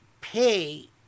pay